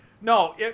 No